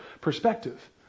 perspective